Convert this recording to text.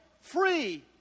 free